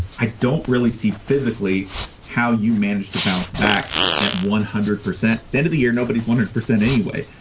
i don't really see physically how you manage to bounce back at one hundred percent end of the year. nobody's wanted percent anyway,